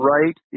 Right